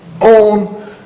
own